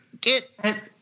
Get